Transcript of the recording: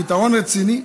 בפתרון רציני,